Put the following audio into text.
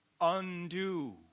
undo